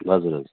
हजुर हजुर